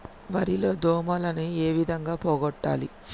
వరి లో దోమలని ఏ విధంగా పోగొట్టాలి?